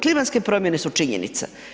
Klimatske promjene su činjenica.